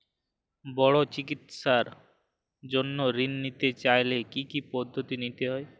বড় চিকিৎসার জন্য ঋণ নিতে চাইলে কী কী পদ্ধতি নিতে হয়?